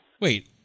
Wait